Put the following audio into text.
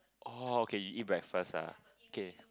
oh okay you eat breakfast ah okay